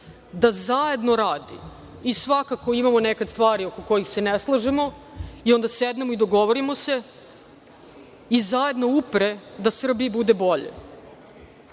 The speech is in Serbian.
da zajedno radi i svakako imamo neke stvari oko kojih se ne slažemo i onda sednemo i dogovorimo se i zajedno upre da Srbiji bude bolje. Hoćemo